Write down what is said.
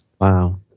wow